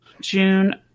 june